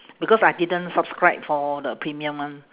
because I didn't subscribe for the premium one